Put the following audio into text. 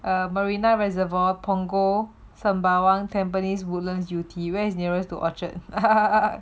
err marina reservoir punggol sembawang tampines woodlands yew-tee when is nearest to orchard ah